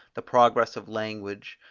the progress of language,